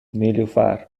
نیلوفرمن